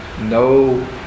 no